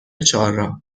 چهارراه